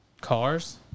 cars